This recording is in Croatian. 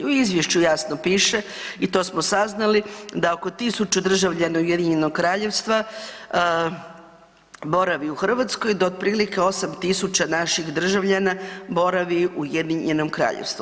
U izvješću jasno piše i to smo saznali, da oko 1000 državljana UK-a, boravi u Hrvatskoj, da otprilike 8000 naših državljana boravi u UK-u.